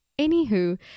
Anywho